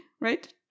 right